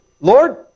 Lord